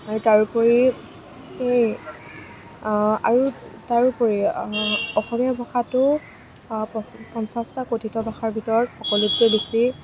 আৰু তাৰ উপৰি আৰু তাৰোপৰি অসমীয়া ভাষাটো পঞ্চাশটা কথিত ভাষাৰ ভিতৰত সকলোতকৈ বেছি